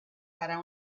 para